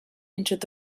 entered